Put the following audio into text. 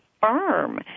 firm